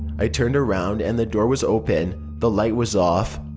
i turned around and the door was open the light was off.